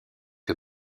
que